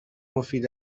مفید